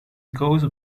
goes